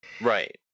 Right